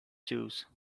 choose